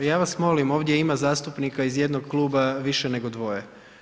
Ja vas molim, ovdje ima zastupnika iz jednog kluba više nego dvoje.